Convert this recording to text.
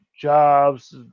Jobs